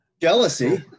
Jealousy